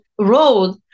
road